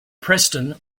preston